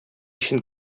өчен